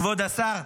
כבוד השר,